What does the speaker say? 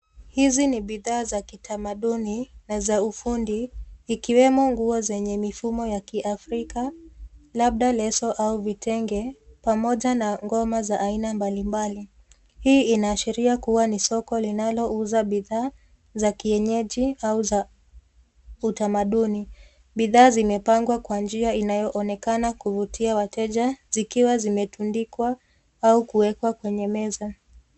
Hizi ni bidhaa za kithamaduni na za ufundi ikiwemo nguo zenye mfumo ya kiafrika labda lezo au vitenge pamoja na goma za aina mbali mbali. Hii inaashiria kuwa ni soko linalouza bidhaa za kienyeji au za uthamaduni bidhaa zimepangwa kwa njia inaonekana kupitia wateja zikiwa zimetundikwa au kuweka kwenye meza.